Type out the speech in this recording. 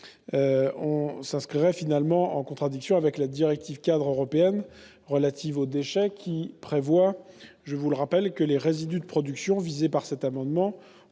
vous suivait, nous serions en contradiction avec la directive-cadre européenne relative aux déchets, qui prévoit- je vous le rappelle -que les résidus de production visés par l'amendement